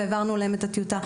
והעברנו להם את הטיוטה.